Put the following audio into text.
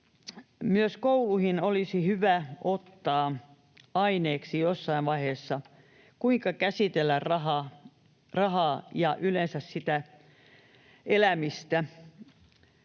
myös kouluihin olisi hyvä ottaa aineeksi jossain vaiheessa se, kuinka käsitellä rahaa ja yleensä sitä elämistä.